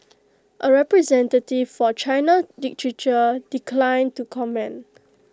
A representative for China literature declined to comment